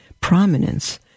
prominence